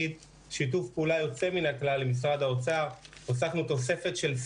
בשיתוף פעולה יוצא מן הכלל עם משרד האוצר הוספנו סייעת